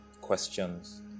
Questions